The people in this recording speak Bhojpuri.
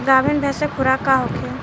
गाभिन भैंस के खुराक का होखे?